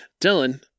Dylan